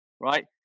right